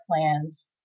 plans